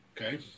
Okay